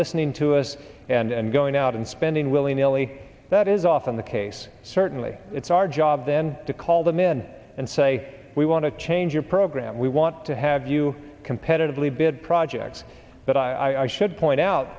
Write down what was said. listening to us and going out and spending willy nilly that is often the case certainly it's our job then to call them in and say we want to change your program we want to have you competitively bid projects but i should point out